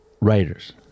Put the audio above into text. writers